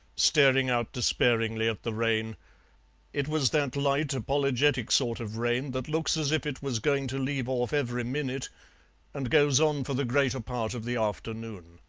staring out despairingly at the rain it was that light, apologetic sort of rain that looks as if it was going to leave off every minute and goes on for the greater part of the afternoon.